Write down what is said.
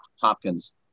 hopkins